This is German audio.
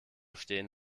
stehen